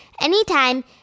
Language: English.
anytime